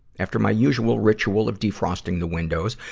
after my usual ritual of defrosting the windows,